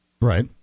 Right